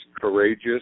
courageous